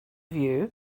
view